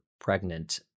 pregnant